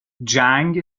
جنگ